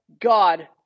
God